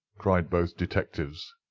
cried both detectives.